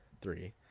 Three